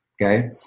Okay